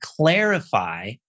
clarify